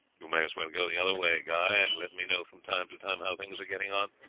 you may as well go the other way, guy, and let me know from time to time how things are getting on.